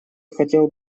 хотел